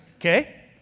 okay